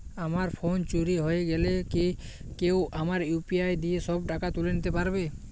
আমার ফোন চুরি হয়ে গেলে কি কেউ আমার ইউ.পি.আই দিয়ে সব টাকা তুলে নিতে পারবে?